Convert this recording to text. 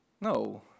No